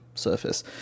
surface